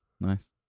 nice